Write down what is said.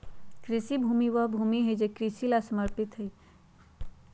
कृषि भूमि वह भूमि हई जो कृषि ला समर्पित हई